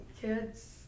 kids